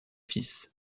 fils